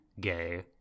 gay